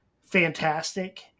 fantastic